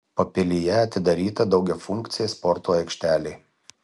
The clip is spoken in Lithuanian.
papilyje atidaryta daugiafunkcė sporto aikštelė